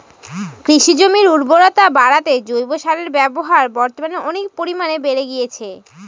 কৃষিজমির উর্বরতা বাড়াতে জৈব সারের ব্যবহার বর্তমানে অনেক পরিমানে বেড়ে গিয়েছে